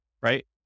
right